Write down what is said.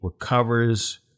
recovers